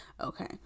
okay